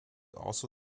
also